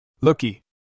Looky